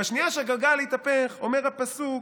ובשנייה שהגלגל יתהפך, אומר הפסוק